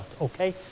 okay